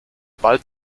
bald